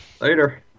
Later